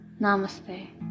Namaste